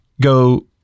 Go